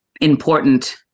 important